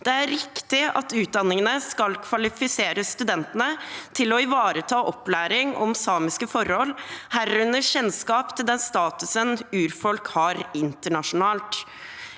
Det er riktig at utdanningene skal kvalifisere studentene til å ivareta opplæring om samiske forhold, herunder kjennskap til den statusen urfolk har internasjonalt.